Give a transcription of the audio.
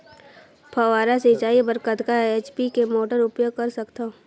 फव्वारा सिंचाई बर कतका एच.पी के मोटर उपयोग कर सकथव?